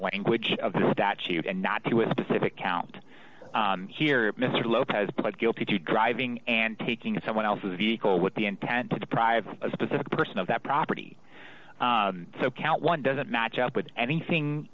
language of the statute and not to a specific count here mr lopez pled guilty to driving and taking someone else's vehicle with the intent to deprive a specific person of that property so count one doesn't match up with anything